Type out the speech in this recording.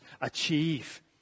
achieve